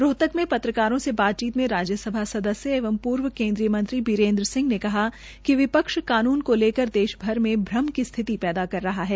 रोहतक में पत्रकारो से बातचीत मे राज्यसभा सदस्य एवं पूर्व केन्द्रीय मंत्री बीरेन्द्र सिंह ने कहा कि विपक्ष कानून को लेकर देशभर में भ्रम की स्थिति पैदा कर रहा है